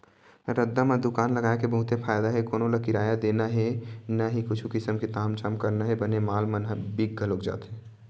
रद्दा म दुकान लगाय के बहुते फायदा हे कोनो ल किराया देना हे न ही कुछु किसम के तामझाम करना हे बने माल मन ह बिक घलोक जाथे